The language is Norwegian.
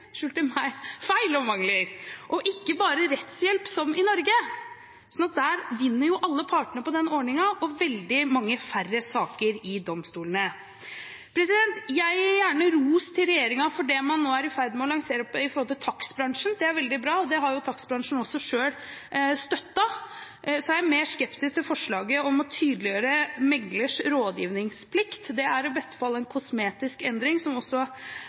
mangler og ikke bare rettshjelp som i Norge. Så der vinner alle partene på ordningen, og det blir veldig mange færre saker i domstolene. Jeg gir gjerne ros til regjeringen for det man nå er i ferd med å lansere i forhold til takstbransjen. Det er veldig bra, og det har jo takstbransjen også selv støttet. Så er jeg mer skeptisk til forslaget om å tydeliggjøre meglers rådgivningsplikt. Det er i beste fall en kosmetisk endring, og det er også